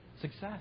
success